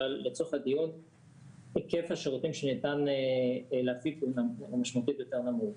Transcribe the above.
אבל לצורך הדיון היקף השירותים שניתן להפיק הוא משמעותית יותר נמוך.